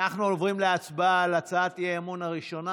אנחנו עוברים להצבעה על הצעת האי-אמון הראשונה.